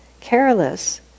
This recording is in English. careless